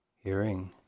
Hearing